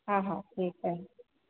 हा हा ठीकु आहे